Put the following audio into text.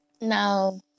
Now